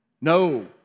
No